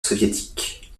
soviétique